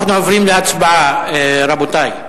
אנחנו עוברים להצבעה, רבותי.